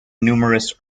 numerous